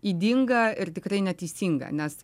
ydinga ir tikrai neteisinga nes